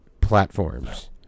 platforms